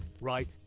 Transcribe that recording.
right